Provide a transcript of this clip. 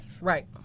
right